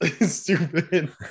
Stupid